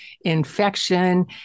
infection